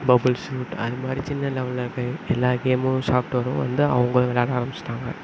bubble shoot அது மாதிரி சின்ன லெவல்ல இருக்க எல்லா கேமும் சாஃப்ட்வேரும் வந்து அவங்களும் விளையாட ஆரம்பிச்சிட்டாங்க